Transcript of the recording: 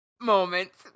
moments